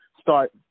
start